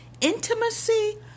intimacy